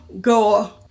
go